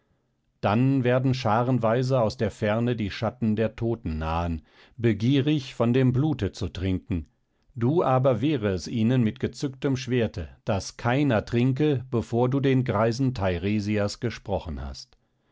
dann werden scharenweise aus der ferne die schatten der toten nahen begierig von dem blute zu trinken du aber wehre es ihnen mit gezücktem schwerte daß keiner trinke bevor du den greisen teiresias gesprochen hast